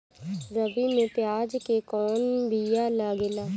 रबी में प्याज के कौन बीया लागेला?